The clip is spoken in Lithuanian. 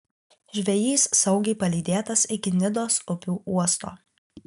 žvejys saugiai palydėtas iki nidos upių uosto